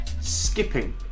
Skipping